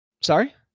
Sorry